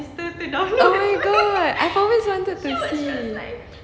oh my god I always wanted to see